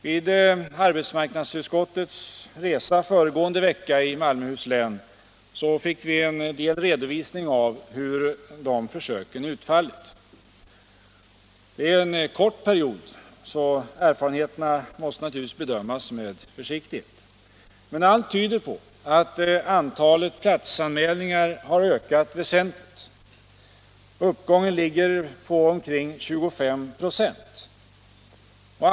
Vid arbetsmarknadsutskottets resa föregående vecka i Malmöhus län fick vi en del redovisning av hur försöken utfallit. Det är en kort period, så erfarenheterna måste bedömas med försiktighet. Men allt tyder på att antalet platsanmälningar har ökat väsentligt. Uppgången ligger på omkring 25 26.